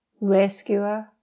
rescuer